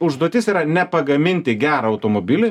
užduotis yra ne pagaminti gerą automobilį